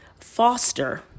foster